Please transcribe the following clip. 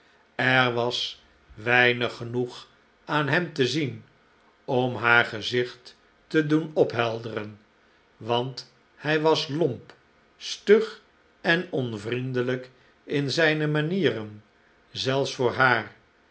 er was weinig genoeg aan hem te zien om haar gezicht te doen ophelderen want hij was lomp stug en onvriendelijk in zijne manieren zelfs voor haar